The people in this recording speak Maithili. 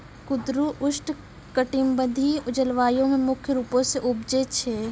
कुंदरु उष्णकटिबंधिय जलवायु मे मुख्य रूपो से उपजै छै